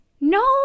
no